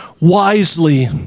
wisely